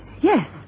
Yes